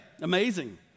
amazing